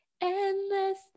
endless